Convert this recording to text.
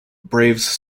braves